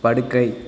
படுக்கை